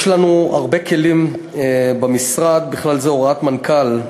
יש לנו הרבה כלים במשרד, ובכלל זה הוראת מנכ"ל,